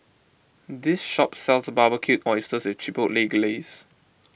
this shop sells Barbecued Oysters with Chipotle Glaze